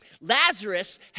Lazarus